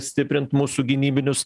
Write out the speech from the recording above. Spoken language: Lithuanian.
stiprint mūsų gynybinius